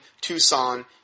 Tucson